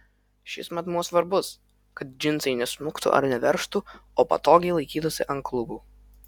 šis matmuo svarbus kad džinsai nesmuktų ar neveržtų o patogiai laikytųsi ant klubų